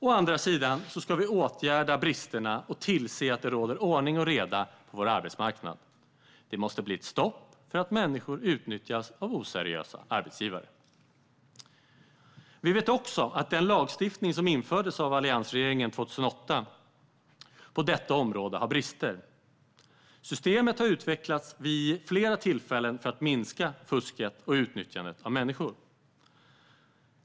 Å andra sidan ska vi åtgärda bristerna och tillse att det råder ordning och reda på vår arbetsmarknad. Det måste bli ett stopp för att människor utnyttjas av oseriösa arbetsgivare. Vi vet också att den lagstiftning som infördes av alliansregeringen 2008 på detta område har brister. Systemet har utvecklats vid flera tillfällen för att minska fusket och utnyttjandet av människor.